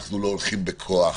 אנחנו לא הולכים בכוח,